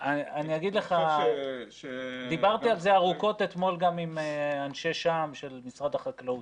אתמול דיברתי על זה ארוכות עם אנשי משרד החקלאות.